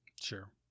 Sure